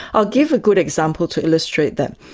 i'll give a good example to illustrate that.